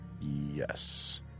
Yes